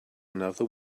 another